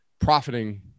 profiting